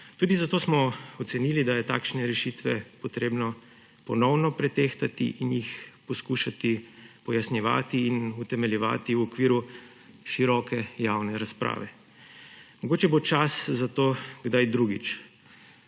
Tudi zato smo ocenili, da je takšne rešitve potrebno ponovno pretehtati in jih poskušati pojasnjevati in utemeljevati v okviru široke javne razprave. Mogoče bo čas za to kdaj drugič.